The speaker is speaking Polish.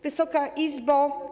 Wysoka Izbo!